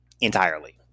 Entirely